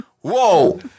Whoa